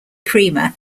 prima